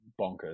bonkers